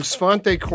Svante